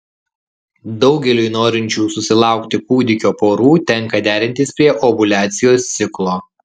daugeliui norinčių susilaukti kūdikio porų tenka derintis prie ovuliacijos ciklo